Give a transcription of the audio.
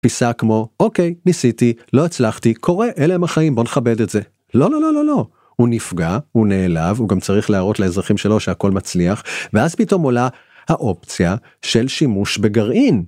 פיסה כמו: אוקיי ניסיתי לא הצלחתי קורה אלה הם החיים בוא נכבד את זה. לא לא לא לא לא הוא נפגע, הוא נעלב, הוא גם צריך להראות לאזרחים שלו שהכל מצליח ואז פתאום עולה האופציה של שימוש בגרעין.